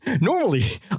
Normally